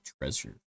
treasure